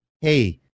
hey